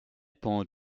pond